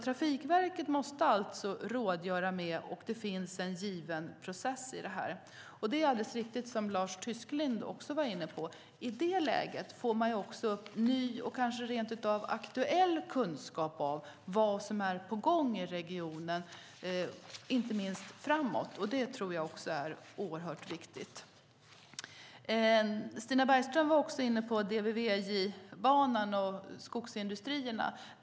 Trafikverket måste alltså rådgöra med de berörda, och det finns en given process för det. Det är alldeles riktigt som Lars Tysklind säger, att i det läget kan man få aktuell kunskap om vad som är på gång i regionen, inte minst framöver. Det tror jag är oerhört viktigt. Stina Bergström var också inne på DVVJ-banan och skogsindustrierna.